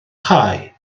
cau